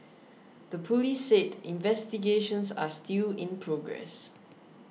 the police said investigations are still in progress